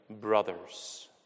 brothers